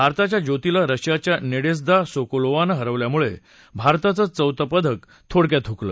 भारताच्या ज्योतीला रशियाच्या नडेझदा सोकोलोवाने हरवल्यामुळे भारताचं चौथं पदक थोडक्यात हुकलं